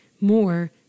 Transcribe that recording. more